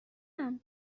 ببینم